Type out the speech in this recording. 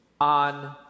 on